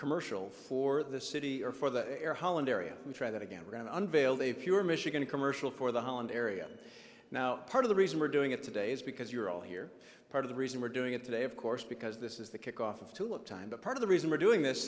commercial for the city or for the air holland area try that again around unveiled if you're michigan a commercial for the holland area now part of the reason we're doing it today is because you're all here part of the reason we're doing it today of course because this is the kickoff to look time but part of the reason we're doing this